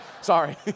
sorry